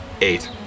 Eight